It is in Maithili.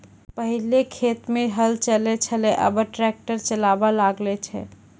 पहिलै खेत मे हल चलै छलै आबा ट्रैक्टर चालाबा लागलै छै